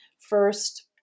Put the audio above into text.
first